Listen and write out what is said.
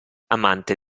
amante